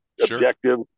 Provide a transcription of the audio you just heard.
objective